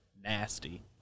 Nasty